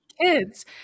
kids